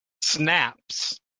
snaps